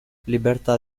libertà